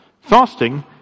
Fasting